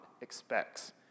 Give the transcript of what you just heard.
expects